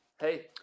hey